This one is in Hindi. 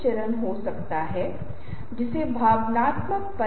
पेट हँसी से भरा हुआ है जैसा कि हम इसे कहते हैं और इसलिए वह अपने पेट को पकड़े हुए है